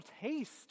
taste